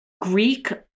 Greek